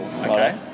Okay